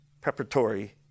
preparatory